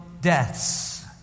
deaths